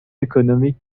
économique